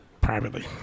Privately